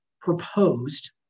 proposed